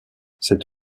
cet